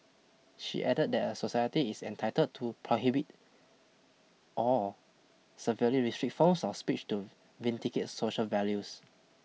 she added that a society is entitled to prohibit or severely restrict forms of speech to vindicate social values